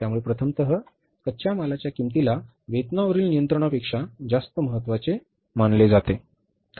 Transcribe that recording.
त्यामुळे प्रथमतः कच्च्या मालाच्या किमती ला वेतनावरील नियंत्रनापेक्षा जास्त महत्त्वाचे मानले जाते